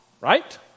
right